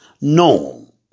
No